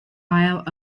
isle